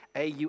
AU